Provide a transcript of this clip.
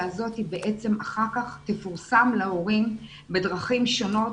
הזאת בעצם אחר כך תפורסם להורים בדרכים שונות,